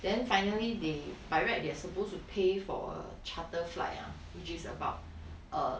then finally they by right they are supposed to pay for a charter flight ah which is about err